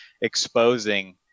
exposing